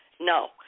No